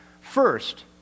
First